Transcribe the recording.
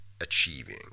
achieving